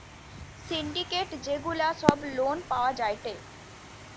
syndicate যে গুলা সব লোন পাওয়া যায়টে